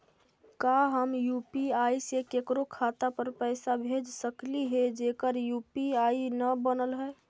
का हम यु.पी.आई से केकरो खाता पर पैसा भेज सकली हे जेकर यु.पी.आई न बनल है?